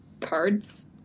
cards